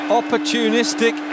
opportunistic